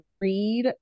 read